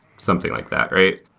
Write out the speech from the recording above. something like that, right?